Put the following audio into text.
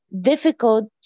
difficult